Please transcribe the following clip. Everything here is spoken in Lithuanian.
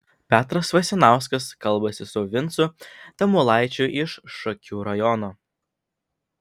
petras vasinauskas kalbasi su vincu tamulaičiu iš šakių rajono